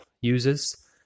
users